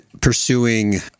pursuing